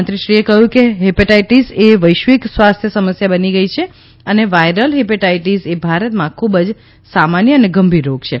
મંત્રીશ્રીએ કહ્યું કે હિપેટાઇટિસ એ વૈશ્વિક સ્વાસ્થ્ય સમસ્યા બની ગઈ છે અને વાયરલ હિપેટાઇટિસ એ ભારતમાં ખૂબ જ સામાન્ય અને ગંભીર રોગ છે